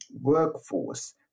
workforce